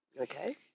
Okay